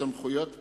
סמכויות פקחים),